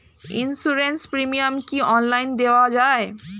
Insurance premium কি online দেওয়া যায়?